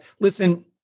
listen